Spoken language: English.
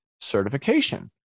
certification